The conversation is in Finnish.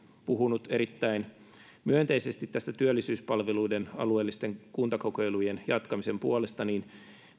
puhunut erittäin myönteisesti työllisyyspalveluiden alueellisten kuntakokeilujen jatkamisen puolesta niin